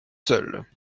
seules